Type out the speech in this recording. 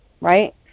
right